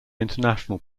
international